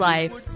Life